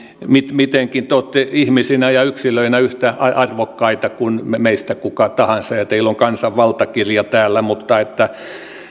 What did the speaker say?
mitenkin te olette ihmisinä ja yksilöinä yhtä arvokkaita kuin meistä kuka tahansa ja teillä on kansan valtakirja täällä mutta